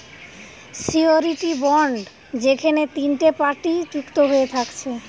surety bond যেখেনে তিনটে party যুক্ত হয়ে থাকছে